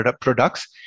products